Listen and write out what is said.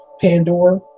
Pandora